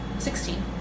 Sixteen